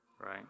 Right